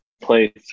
play